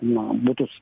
na būtų s